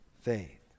faith